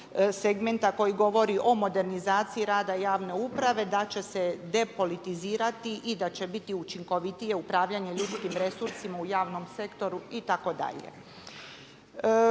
segmenta koji govori o modernizaciji rada javne uprave da će se depolitizirati i da će biti učinkovitije upravljanje ljudskim resursima u javnom sektoru itd.